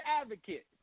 advocate